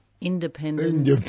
Independent